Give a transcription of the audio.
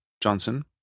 Johnson